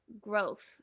growth